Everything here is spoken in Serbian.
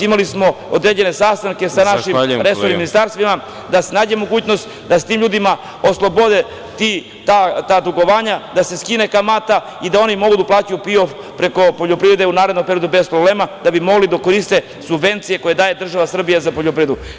Imali smo određene sastanke sa našim resornim ministarstvima, da se nađe mogućnost da se ti ljudi oslobode tih dugovanja, da se skine kamata i da oni mogu da uplaćuju PIO preko poljoprivrede u narednom periodu bez problema, da bi mogli da koriste subvencije koje daje država Srbija za poljoprivredu.